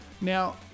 now